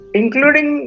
including